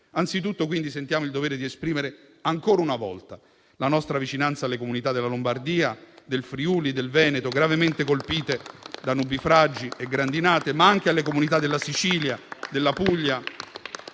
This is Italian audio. Anzitutto, sentiamo il dovere di esprimere ancora una volta la nostra vicinanza alle comunità della Lombardia, del Friuli e del Veneto, gravemente colpite da nubifragi e grandinate, ma anche alle comunità della Sicilia e della Puglia,